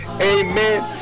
amen